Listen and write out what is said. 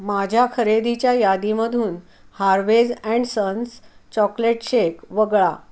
माझ्या खरेदीच्या यादीमधून Harvey's and sons chocolate shake वगळा